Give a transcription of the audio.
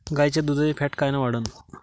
गाईच्या दुधाची फॅट कायन वाढन?